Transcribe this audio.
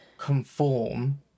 Conform